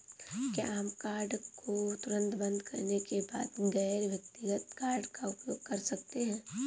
क्या हम कार्ड को तुरंत बंद करने के बाद गैर व्यक्तिगत कार्ड का उपयोग कर सकते हैं?